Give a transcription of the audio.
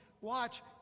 Watch